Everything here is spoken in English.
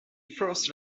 fourth